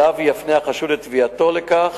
ואליו יפנה החשוד את תביעתו לכך,